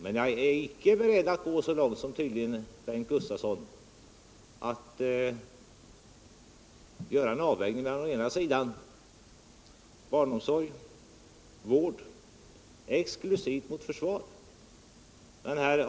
Men jagäricke beredd att gå så långt som Bengt Gustavsson tydligen är och göra en avvägning mellan barnomsorg och vård exklusivt mot försvaret.